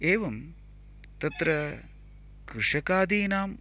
एवं तत्र कृषकादीनां